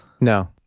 No